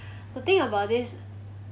the thing about this